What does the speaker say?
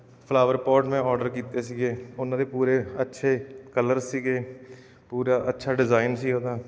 flower pot ਮੈਂ order ਕੀਤੇ ਸੀਗੇ ਉਹਨਾਂ ਦੇ ਪੂਰੇ ਅੱਛੇ ਕਲਰ ਸੀਗੇ ਪੂਰਾ ਅੱਛਾ ਡਿਜ਼ਾਇਨ ਸੀ ਉਹਦਾ